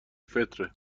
فطره